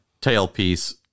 tailpiece